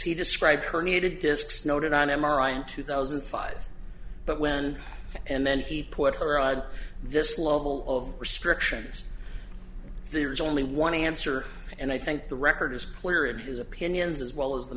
he described herniated discs noted on m r i in two thousand and five but when and then he put her on this level of restrictions there's only one answer and i think the record is clear in his opinions as well as the